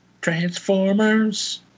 Transformers